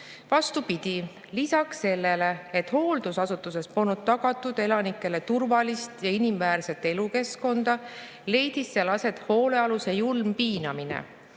Vastupidi, lisaks sellele, et hooldusasutuses polnud tagatud elanikele turvalist ja inimväärset elukeskkonda, leidis seal aset hoolealuse julm piinamine,